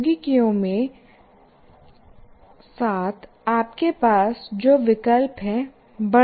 प्रौद्योगिकियों के साथ आपके पास जो विकल्प है बढ़ रहे है